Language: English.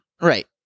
right